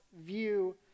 view